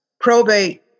probate